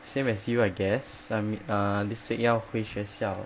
same as you I guess um err this week 要回学校